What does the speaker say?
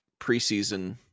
preseason